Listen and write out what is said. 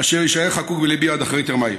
אשר יישאר חקוק בליבי עד אחרית ימיי.